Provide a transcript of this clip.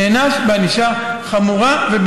נענש בענישה חמורה.